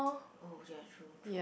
oh ya true true